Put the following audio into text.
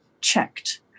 checked